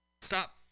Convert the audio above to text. Stop